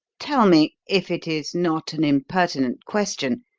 tell me, if it is not an impertinent question,